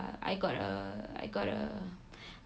I got a I got a